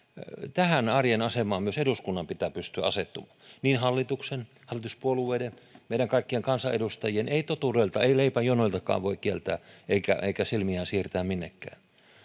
tähän arjen asemaan myös eduskunnan pitää pystyä asettumaan niin hallituksen hallituspuolueiden kuin meidän kaikkien kansanedustajien ei totuutta ei leipäjonojakaan voi kieltää eikä niistä silmiään siirtää minnekään